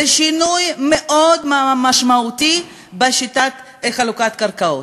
זה שינוי מאוד משמעותי בשיטת חלוקת הקרקעות.